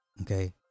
Okay